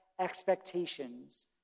expectations